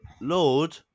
Lord